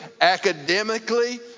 academically